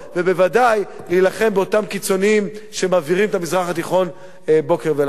ובוודאי להילחם באותם קיצונים שמבעירים את המזרח התיכון בוקר ולילה.